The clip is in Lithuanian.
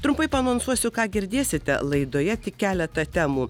trumpai paanonsuosiu ką girdėsite laidoje tik keletą temų